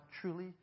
truly